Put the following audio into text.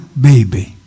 baby